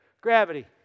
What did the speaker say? Gravity